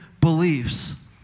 beliefs